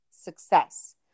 success